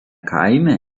kaime